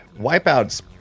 Wipeouts